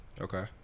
Okay